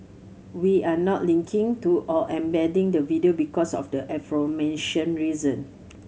we're not linking to or embedding the video because of the aforementioned reason